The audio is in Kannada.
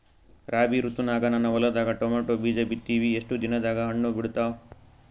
ರಾಬಿ ಋತುನಾಗ ನನ್ನ ಹೊಲದಾಗ ಟೊಮೇಟೊ ಬೀಜ ಬಿತ್ತಿವಿ, ಎಷ್ಟು ದಿನದಾಗ ಹಣ್ಣ ಬಿಡ್ತಾವ?